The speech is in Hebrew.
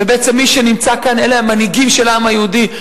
ובעצם מי שנמצא כאן אלה המנהיגים של העם היהודי,